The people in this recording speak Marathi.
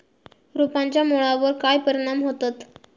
रोपांच्या मुळावर काय परिणाम होतत?